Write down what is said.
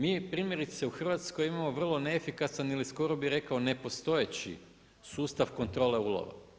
Mi primjerice u Hrvatskoj imamo vrlo neefikasan ili skoro bih rekao nepostojeći sustav kontrole ulova.